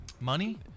Money